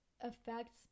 affects